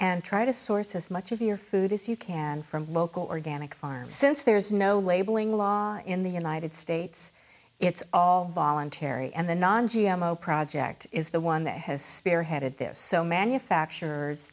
and try to source as much of your food as you can from local organic farms since there's no labeling law in the united states it's all voluntary and the non g m o project is the one that has spearheaded this so manufacture